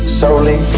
solely